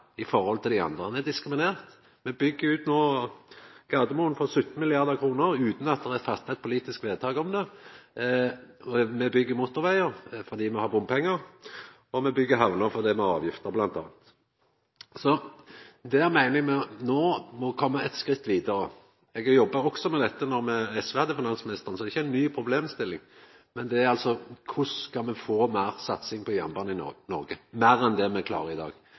i forhold til dei andre – han blir diskriminert. Me byggjer no ut Gardermoen for 17 mrd. kr utan at det er fatta eit politisk vedtak om det, me byggjer motorvegar fordi me har bompengar, og me byggjer hamner fordi me bl.a. har avgifter. Her meiner me at ein no må komma eit skritt vidare. Eg jobba også med dette då SV hadde finansministeren, så det er ikkje ei ny problemstilling. Men korleis skal me få meir satsing på jernbane i Noreg – meir enn det me klarer i dag?